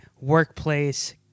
workplace